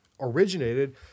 originated